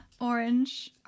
orange